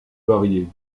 variés